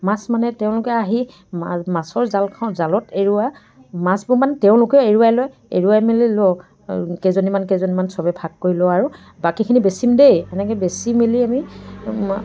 মাছ মানে তেওঁলোকে আহি মা মাছৰ জালখন জালত এৰুওৱা মাছবোৰ মানে তেওঁলোকে এৰুৱাই লয় এৰুৱাই মেলি লয় কেইজনীমান কেইজনীমান চবে ভাগ কৰি লওঁ আৰু বাকীখিনি বেচিম দেই এনেকৈ বেচি মেলি আমি